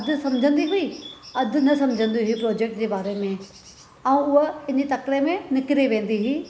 अधि समझंदी हुई अधि न समझंदी हुई प्रोजेक्ट जे बारे में ऐं हूअ तकिड़े में निकिरी वेंदी हुई